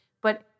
But-